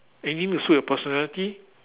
any will suit your personality